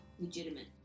legitimate